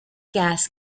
gas